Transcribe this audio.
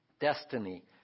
destiny